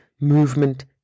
movement